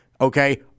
Okay